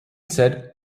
said